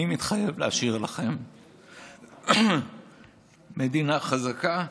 אני מתחייב להשאיר לכם מדינה חזקה,